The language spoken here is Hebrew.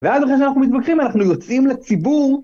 ואז אחרי שאנחנו מתווכחים אנחנו יוצאים לציבור